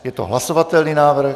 Je to hlasovatelný návrh.